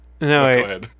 no